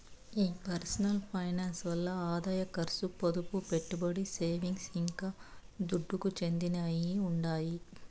ఈ personal finance ల్ల ఆదాయం కర్సు, పొదుపు, పెట్టుబడి, సేవింగ్స్, ఇంకా దుడ్డుకు చెందినయ్యన్నీ ఉండాయి